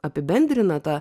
apibendrina tą